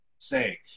say